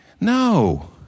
No